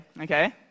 okay